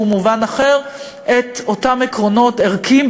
מובן אחר את אותם עקרונות ערכיים,